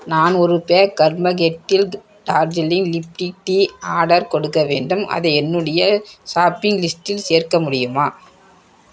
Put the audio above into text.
நான் ஒரு pack karma kettle Darjeeling leaf tea order கொடுக்க வேண்டும் அதை என்னுடைய ஷாப்பிங் லிஸ்டில் சேர்க்க முடியுமா